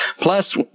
plus